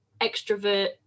extrovert